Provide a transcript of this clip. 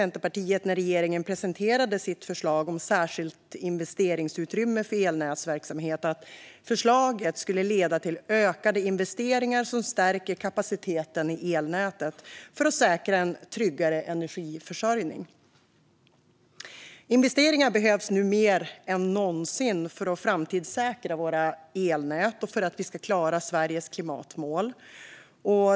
När regeringen presenterade sitt förslag om ett särskilt investeringsutrymme för elnätsverksamhet var det därför viktigt för Centerpartiet att förslaget skulle leda till ökade investeringar som stärker kapaciteten i elnätet, för att säkra en tryggare energiförsörjning. Investeringar behövs nu mer än någonsin för att framtidssäkra våra elnät och för att vi ska klara Sveriges klimatmål.